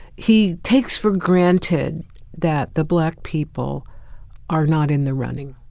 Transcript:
he takes for granted that the black people are not in the running.